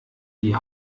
die